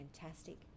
fantastic